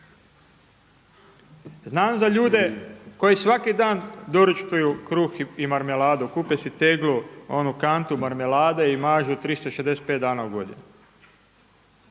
Znam za ljude koji svaki daj doručkuju kruh i marmeladu, kupe si teglu, onu kantu marmelade i mažu 365 dana u godini.